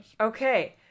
Okay